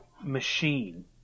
machine